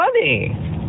funny